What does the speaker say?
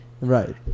Right